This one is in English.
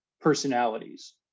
personalities